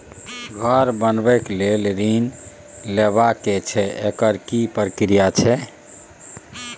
घर बनबै के लेल ऋण लेबा के छै एकर की प्रक्रिया छै?